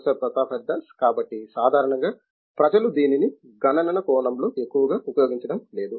professor Pratap Haridas కాబట్టి సాధారణంగా ప్రజలు దీనిని గణన కోణంలో ఎక్కువగా ఉపయోగించడం లేదు